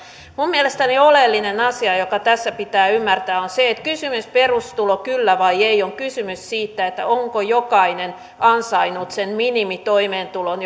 minun mielestäni oleellinen asia joka tässä pitää ymmärtää on se että kysymyksessä perustulo kyllä vai ei on kysymys siitä onko jokainen ansainnut sen minimitoimeentulon